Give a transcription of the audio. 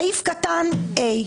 (ה)